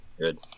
Good